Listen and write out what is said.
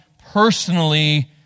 personally